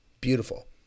beautiful